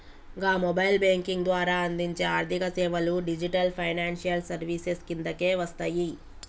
గా mobile banking ద్వారా అందించే ఆర్థికసేవలు డిజిటల్ ఫైనాన్షియల్ సర్వీసెస్ కిందకే వస్తయి